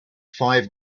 five